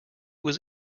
was